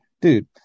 dude